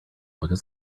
because